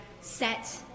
set